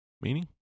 Meaning